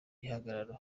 gihagararo